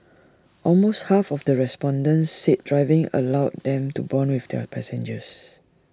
but my parents who run A small shop cannot afford to send me abroad